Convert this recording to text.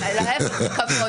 להפך, זה כבוד.